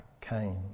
came